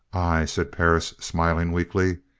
ay, said perris, smiling weakly,